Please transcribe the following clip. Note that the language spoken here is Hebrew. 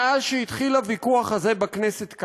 מאז שהתחיל הוויכוח הזה בכנסת,